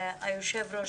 היושב-ראש,